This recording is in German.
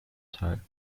teil